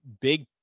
big